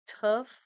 tough